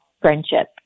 friendship